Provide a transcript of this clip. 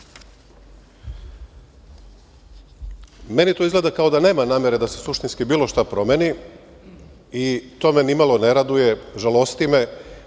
to izgleda kao da nema namere da se suštinski bilo šta promeni i to me ni malo ne raduje, žalosti me.